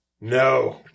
No